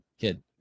kid